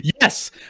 Yes